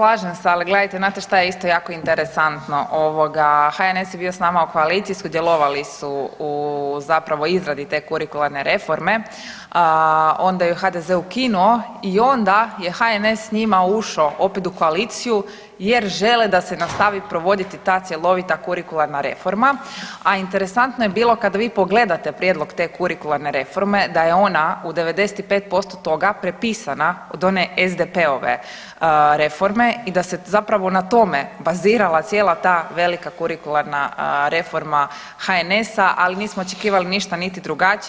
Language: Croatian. Da, pa slažem se, ali gledajte, znate šta je isto jako interesantno, ovoga HNS je bio s nama u koaliciji i sudjelovali su u zapravo izradi te kurikularne reforme, onda ju HDZ ukinuo i onda je HNS s njima ušao opet u koaliciju jer žele da se nastavi provoditi ta cjelovita kurikularna reforma, a interesantno je bilo kad vi pogledate prijedlog te kurikularne reforme da je ona u 95% toga prepisana od one SDP-ove reforme i da se zapravo na tome bazirala cijela ta velika kurikularna reforma HNS-a, ali nismo očekivali ništa niti drugačije.